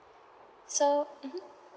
so mmhmm